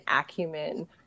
acumen